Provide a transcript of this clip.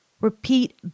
Repeat